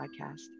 podcast